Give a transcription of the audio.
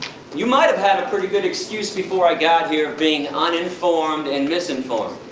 you might have had a pretty good excuse before i got here of being uninformed and misinformed.